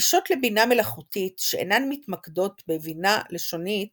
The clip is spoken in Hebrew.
גישות לבינה מלאכותית שאינן מתמקדות בבינה לשונית